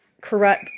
corrupt